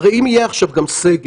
הרי אם יהיה עכשיו גם סגר,